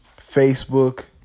Facebook